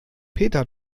peter